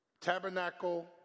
tabernacle